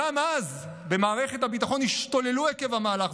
גם אז במערכת הביטחון השתוללו עקב המהלך,